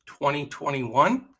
2021